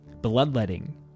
Bloodletting